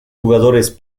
jugadores